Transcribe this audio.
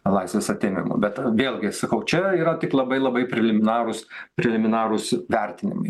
laisvės atėmimo bet vėlgi sakau čia yra tik labai labai preliminarūs preliminarūs vertinimai